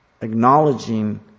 Acknowledging